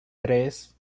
tres